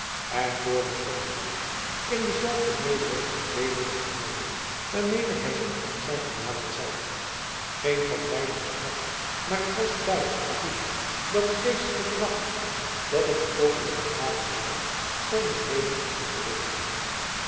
en voor hem stond de monnik in dezelfde nederige en deemoedige houding waarmede hij zijn abt zou genaderd zijn geen van beiden sprak maar het was duidelijk te zien dat de geestelijke wachtte dat het den kokeler behagen zou zijne rede tot hem te richten